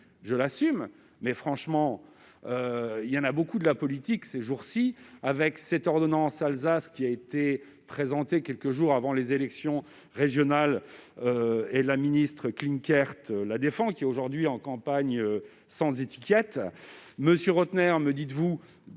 je l'assume ! Franchement, il y a beaucoup de politique, ces temps-ci, avec cette ordonnance sur l'Alsace qui a été présentée quelques jours avant les élections régionales, alors que la ministre Klinkert, qui la défend, est aujourd'hui en campagne, sans étiquette. M. Rottner, me dites-vous,